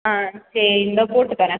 ஆ சரி இந்தோ போட்டு தரேன்